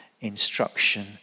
instruction